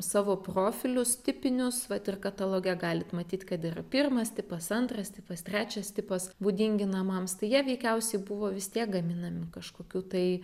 savo profilius tipinius vat ir kataloge galit matyt kad yra pirmas tipas antras tipas trečias tipas būdingi namams tai jie veikiausiai buvo vis tiek gaminami kažkokiu tai